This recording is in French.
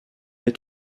est